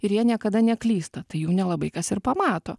ir jie niekada neklysta tai jų nelabai kas ir pamato